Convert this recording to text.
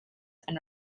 and